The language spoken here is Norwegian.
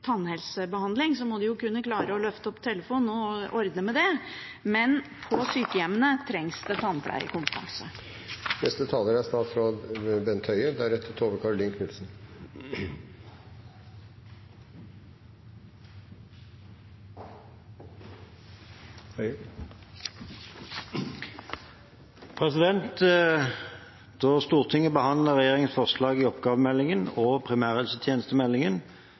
tannhelsebehandling, så må de kunne klare å løfte opp telefonen og ordne med det. Men på sykehjemmene trengs det tannpleiekompetanse. Da Stortinget behandlet regjeringens forslag i Oppgavemeldingen og Primærhelsetjenestemeldingen,